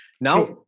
Now